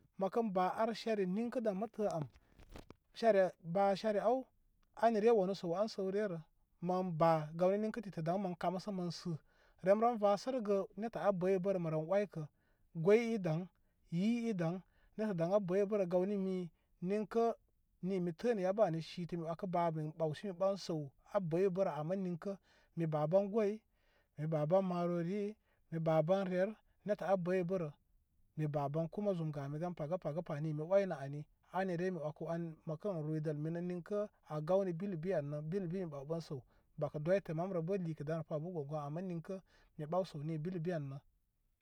Makən ba arshere ninkə dam a tə am shere ba shere aw anire wanə səw aw sə́w rerə mən ba gawni ni titi dam mən kaməsə mən sə rem ren vasə rəgə nettə a bəybərə mə rem oykə goy daŋ yi e dan netta daŋ a bəybərə gawni mi ninkə ni mi tənə yabə ani shiti mi wəkə ba ben ɓawsemi ɓaŋ səw a bəybərə amma ninkə mi ba ban goy mi ba ban marori yi mi ba ban rer nettə a bəybərə, mi ba ban kuma zum gami gan paga paga pa ni mi oynə ani anire mi wəkə wən məkən ruydəl minə ninkə a gawni bilibi allə bilibi mi baw ɓan səw. Bakə doytə mamrəbə likə damrə pa am bə gom gon ama ninkə mi ɓaw səw ni bilibi annə.